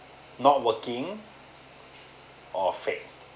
not working or fake